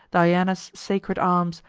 diana's sacred arms,